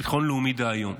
המשרד לביטחון לאומי דהיום.